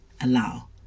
Allow